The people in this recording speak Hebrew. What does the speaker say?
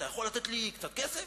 אתה יכול לתת לי קצת כסף?'